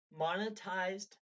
monetized